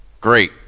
Great